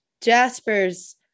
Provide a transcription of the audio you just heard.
Jaspers